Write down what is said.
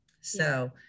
So-